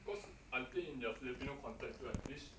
cause I think in their filipino context right this